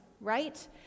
right